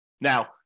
Now